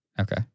Okay